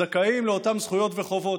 זכאים לאותן זכויות וחובות.